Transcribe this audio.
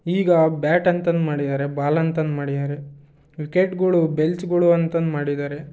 ಈಗ ಬ್ಯಾಟಂತನೂ ಮಾಡಿದ್ದಾರೆ ಬಾಲ್ ಅಂತನೂ ಮಾಡಿದಾರೆ ಕ್ರಿಕೆಟ್ಗಳು ಬೆಲ್ಚ್ಗಳು ಅಂತನೂ ಮಾಡಿದ್ದಾರೆ